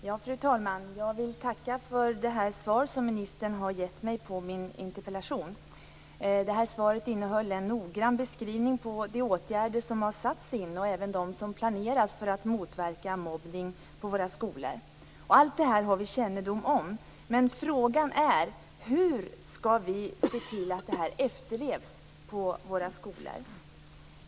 Fru talman! Jag vill tacka för ministerns svar på min interpellation. Svaret innehåller en noggrann beskrivning av de åtgärder som har satts in och även åtgärder som planeras för att motverka mobbning på våra skolor. Allt detta har vi kännedom om. Men frågan är: Hur skall vi se till att det här efterlevs på våra skolor?